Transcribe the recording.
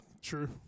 True